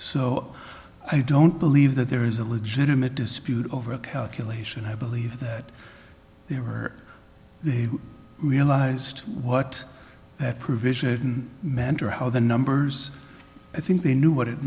so i don't believe that there is a legitimate dispute over a calculation i believe that they were realized what that provision mentor how the numbers i think they knew what it